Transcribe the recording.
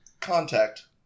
Contact